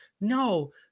No